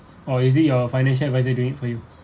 or is it your financial advisor do it for you